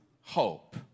hope